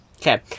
Okay